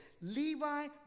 Levi